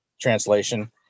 translation